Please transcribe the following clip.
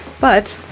but